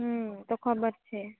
હુમ તો ખબર છે